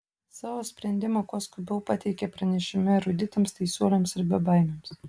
savo sprendimą kuo skubiau pateikė pranešime eruditams teisuoliams ir bebaimiams